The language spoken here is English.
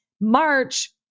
March